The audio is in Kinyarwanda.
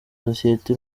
sosiyete